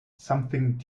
something